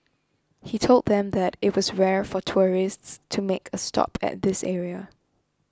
he told them that it was rare for tourists to make a stop at this area